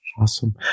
Awesome